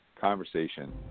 conversation